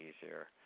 easier